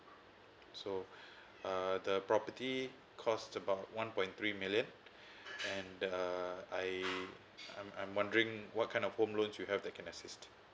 so uh the property cost about one point three million and uh I I'm I'm wondering what kind of home loans you have that can assist